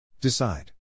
Decide